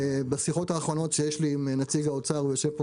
ובשיחות האחרונות שיש לי עם נציג האוצר גלעד שיושב פה